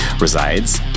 resides